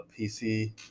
PC